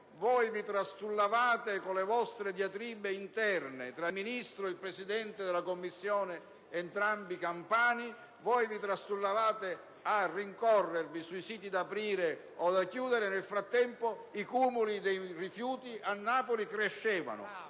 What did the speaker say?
‑ vi trastullavate - ricordo le diatribe interne tra il Ministro e il Presidente della Commissione, entrambi campani - a rincorrervi sui siti da aprire o da chiudere e, nel frattempo, i cumuli dei rifiuti a Napoli crescevano.